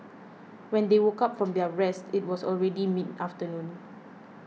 when they woke up from their rest it was already mid afternoon